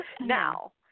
Now